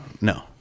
No